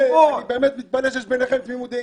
--- אני באמת מתפלא שיש ביניכם תמימות דעים.